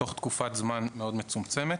בתוך תקופת זמן מאוד מצומצמת.